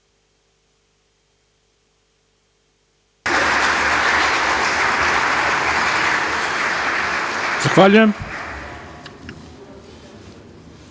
Hvala.